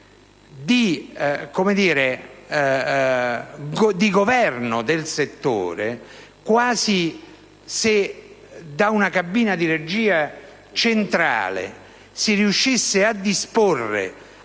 di governo del settore, quasi come se da una cabina di regia centrale si riuscisse a disporre